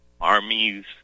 armies